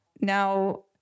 Now